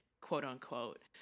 quote-unquote